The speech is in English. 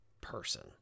person